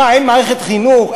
מה, אין מערכת חינוך?